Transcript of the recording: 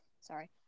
Sorry